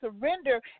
surrender